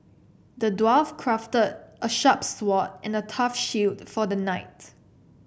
the dwarf crafted a sharp sword and a tough shield for the knight